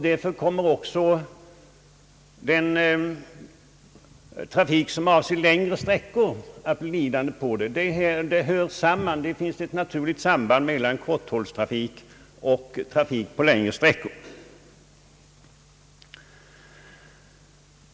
Därför kommer också den järnvägstrafik som avser längre sträckor att bli lidande på detta. Det finns ett naturligt samband mellan kortvägstrafik och trafik på längre sträckor.